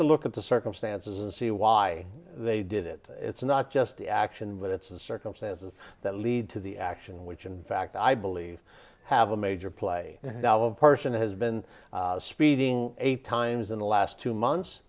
to look at the circumstances and see why they did it it's not just the action but it's the circumstances that lead to the action which in fact i believe have a major play a person who has been speeding eight times in the last two months